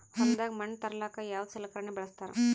ಹೊಲದಾಗ ಮಣ್ ತರಲಾಕ ಯಾವದ ಸಲಕರಣ ಬಳಸತಾರ?